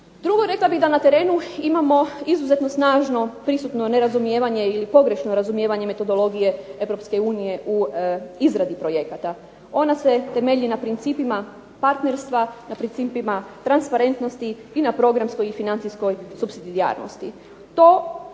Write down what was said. Drugo, rekla bih da na terenu imamo izuzetno snažno pristupno nerazumijevanje ili pogrešno razumijevanje metodologije Europske unije u izradi projekata. Ona se temelji na principima partnerstva, na principima transparentnosti i na programskoj i financijskoj supsidijarnosti.